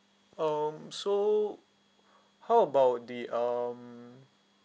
um so how about the um